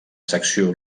secció